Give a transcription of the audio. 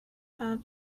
have